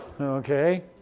Okay